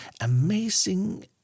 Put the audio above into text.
amazing